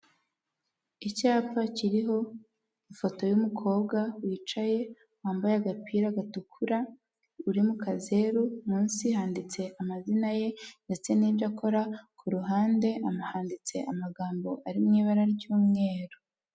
Icyapa kiriho ifoto y'umukobwa wicaye wambaye agapira gatukura, uri mu mukazeru munsi handitse amazina ye ndetse n'ibyo akora, ku ruhande ama handitse amagambo ari mu ibara ry'umweru.